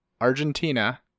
Argentina